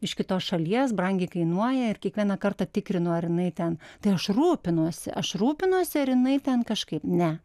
iš kitos šalies brangiai kainuoja ir kiekvieną kartą tikrinu ar jinai ten tai aš rūpinuosi aš rūpinuosi ar jinai ten kažkaip ne